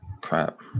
Crap